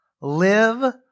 live